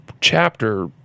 chapter